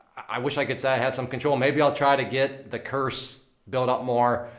i wish i could say i have some control. maybe i'll try to get the curse built up more,